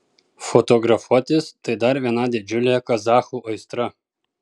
fotografuotis tai dar viena didžiulė kazachų aistra